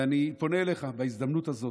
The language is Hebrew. ואני פונה אליך בהזדמנות הזאת.